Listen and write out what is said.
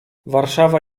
warszawa